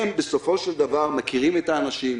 הם בסופו של דבר מכירים את האנשים,